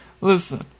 Listen